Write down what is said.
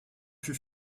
fut